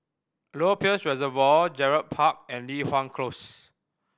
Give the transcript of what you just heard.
Lower Peirce Reservoir Gerald Park and Li Hwan Close